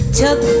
took